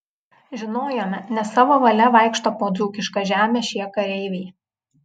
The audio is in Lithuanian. žinojome ne savo valia vaikšto po dzūkišką žemę šie kareiviai